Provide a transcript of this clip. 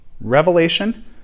revelation